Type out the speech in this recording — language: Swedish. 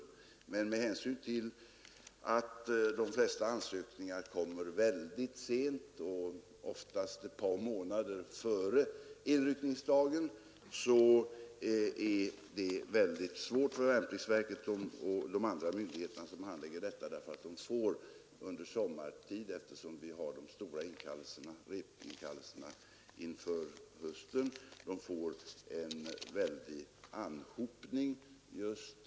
Men med Nr 123 hänsyn till att de flesta ansökningar kommer väldigt sent och oftast ett Torsdagen den par månader före inryckningsdagen, så är det mycket svårt för värnplikts 230vember. 1972: verket och de andra myndigheterna som handlägger detta. Eftersom vi ———=: åhar de stora repinkallelserna på hösten, får de en väldig anhopning av Ang.